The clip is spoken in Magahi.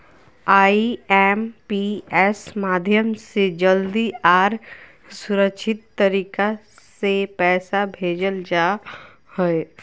आई.एम.पी.एस माध्यम से जल्दी आर सुरक्षित तरीका से पैसा भेजल जा हय